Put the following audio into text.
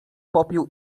popiół